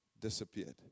disappeared